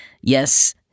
Yes